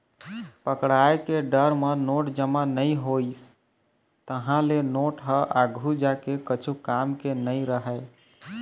पकड़ाय के डर म नोट जमा नइ होइस, तहाँ ले नोट ह आघु जाके कछु काम के नइ रहय